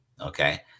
Okay